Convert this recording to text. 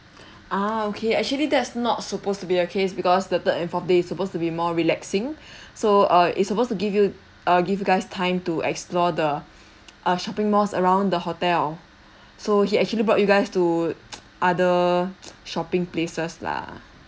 ah okay actually that's not supposed to be a case because the third and fourth day supposed to be more relaxing so uh it's supposed to give you uh give you guys time to explore the ah shopping malls around the hotel so he actually brought you guys to other shopping places lah